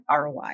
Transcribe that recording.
ROI